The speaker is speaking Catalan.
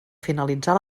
finalitzar